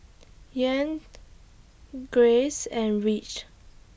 Yan Grace and Ridge